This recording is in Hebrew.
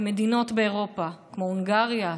במדינות באירופה כמו הונגריה,